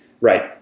Right